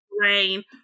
rain